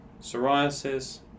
psoriasis